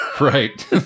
Right